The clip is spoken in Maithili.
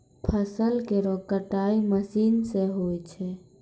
फसल केरो कटाई मसीन सें होय छै